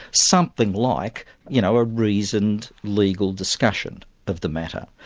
something like you know a reasoned, legal discussion of the matter.